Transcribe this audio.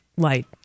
Light